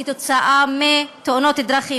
כתוצאה מתאונות דרכים.